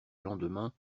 lendemain